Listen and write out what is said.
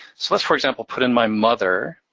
so, let's for example, put in my mother.